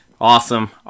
Awesome